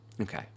Okay